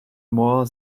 more